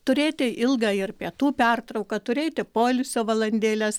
turėti ilgą ir pietų pertrauką turėti poilsio valandėles